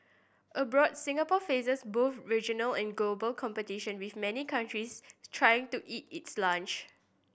abroad Singapore faces both regional and global competition with many countries trying to eat its lunch